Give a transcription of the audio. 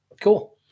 Cool